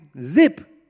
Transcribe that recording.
zip